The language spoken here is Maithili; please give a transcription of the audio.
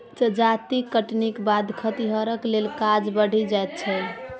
जजाति कटनीक बाद खतिहरक लेल काज बढ़ि जाइत छै